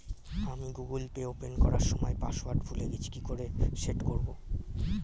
আমি Google Pay open করার সময় পাসওয়ার্ড ভুলে গেছি কি করে সেট করব?